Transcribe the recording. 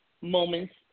moments